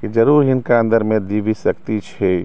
कि जरुर हिनका अन्दरमे दिव्य शक्ति छै